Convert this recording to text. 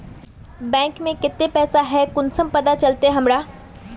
Bank में केते पैसा है ना है कुंसम पता चलते हमरा?